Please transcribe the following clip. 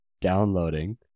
downloading